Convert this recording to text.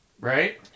right